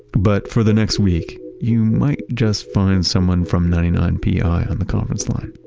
but for the next week, you might just find someone from ninety nine pi on the conference line.